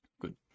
Good